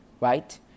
right